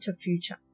future